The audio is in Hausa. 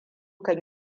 kan